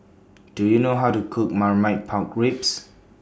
Do YOU know How to Cook Marmite Pork Ribs